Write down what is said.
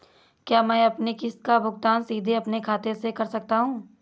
क्या मैं अपनी किश्त का भुगतान सीधे अपने खाते से कर सकता हूँ?